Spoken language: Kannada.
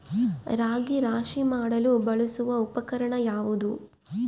ರಾಗಿ ರಾಶಿ ಮಾಡಲು ಬಳಸುವ ಉಪಕರಣ ಯಾವುದು?